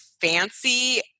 fancy